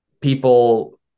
people